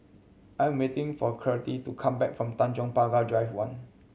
I am waiting for Courtney to come back from Tanjong Pagar Drive One